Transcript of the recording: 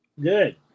Good